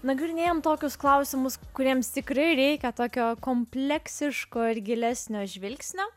nagrinėjame tokius klausimus kuriems tikrai reikia tokio kompleksiško ir gilesnio žvilgsnio